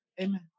amen